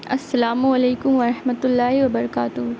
السلام علیکم ورحمتہ اللہ وبرکاتہ